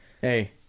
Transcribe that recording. Hey